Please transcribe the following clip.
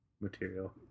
material